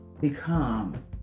become